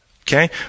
Okay